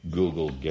Google